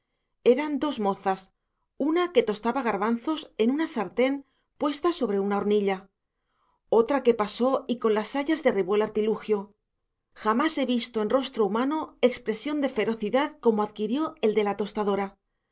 eran dos mozas una que tostaba garbanzos en una sartén puesta sobre una hornilla otra que pasó y con las sayas derribó el artilugio jamás he visto en rostro humano expresión de ferocidad como adquirió el de la tostadora